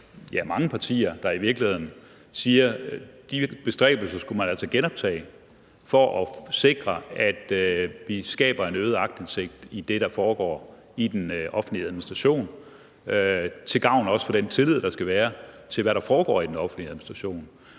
mange partier, der i virkeligheden siger, at de bestræbelser skulle man altså genoptage for at sikre, at vi skaber en øget aktindsigt i det, der foregår i den offentlige administration, også til gavn for den tillid, der skal være til, hvad der foregår i den offentlige administration.